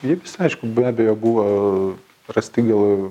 jie visi aišku be abejo buvo rasti gal